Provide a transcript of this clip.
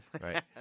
Right